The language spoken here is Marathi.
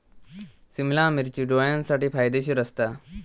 सिमला मिर्ची डोळ्यांसाठी फायदेशीर असता